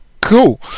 Cool